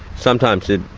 sometimes it